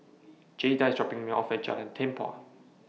Jayda IS dropping Me off At Jalan Tempua